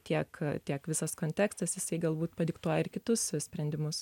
tiek tiek visas kontekstas jisai galbūt padiktuoja ir kitus sprendimus